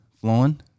flowing